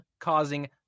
causing